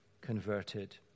converted